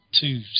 two